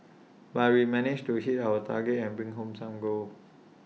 but we managed to hit our target and bring home some gold